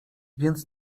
więc